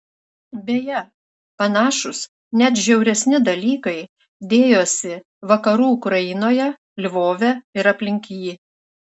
beje panašūs net žiauresni dalykai dėjosi vakarų ukrainoje lvove ir aplink jį